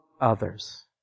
others